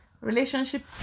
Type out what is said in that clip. relationship